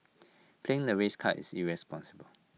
playing the race card is irresponsible